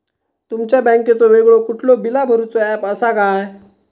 तुमच्या बँकेचो वेगळो कुठलो बिला भरूचो ऍप असा काय?